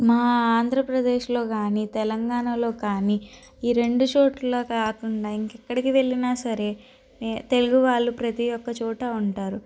మా ఆంధ్రప్రదేశ్లో కానీ తెలంగాణలో కానీ ఈ రెండు చోట్ల కాకుండా ఇంకా ఎక్కడికి వెళ్ళినా సరే నే తెలుగు వాళ్ళు ప్రతి ఒక్క చోట ఉంటారు